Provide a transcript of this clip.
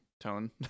tone